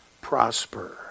prosper